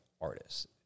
artists